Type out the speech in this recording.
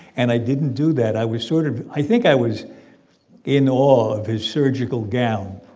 and i didn't do that. i was sort of i think i was in awe of his surgical gown.